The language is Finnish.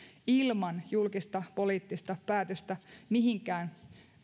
ilman julkista poliittista päätöstä mihinkään